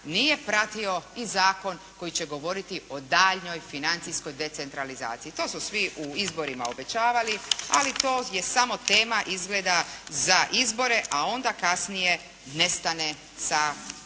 nije pratio i zakon koji će govoriti o daljnjoj financijskoj decentralizaciji. To su svi u izborima obećavali, ali to je samo tema izgleda za izbore a onda kasnije nestane iz